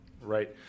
Right